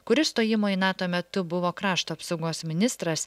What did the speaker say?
kuris stojimo į nato metu buvo krašto apsaugos ministras